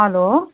hello